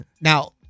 Now